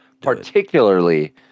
particularly